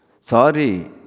Sorry